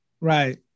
right